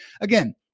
again